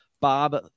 Bob